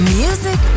music